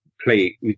play